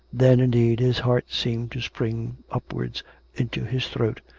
then, indeed, his heart seemed to spring upwards into his throat,